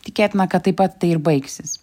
tikėtina kad taip pat tai ir baigsis